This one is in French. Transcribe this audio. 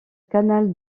canal